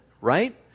right